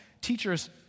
Teachers